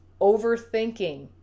Overthinking